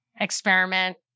experiment